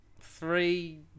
three